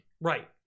Right